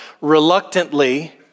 reluctantly